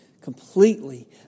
completely